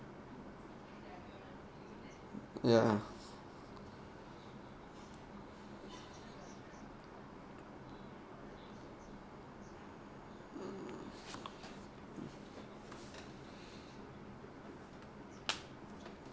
ya